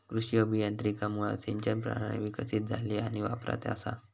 कृषी अभियांत्रिकीमुळा सिंचन प्रणाली विकसीत झाली आणि वापरात असा